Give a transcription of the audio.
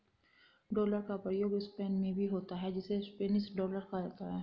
dollar का प्रयोग Spain में भी होता है जिसे स्पेनिश डॉलर कहा जाता है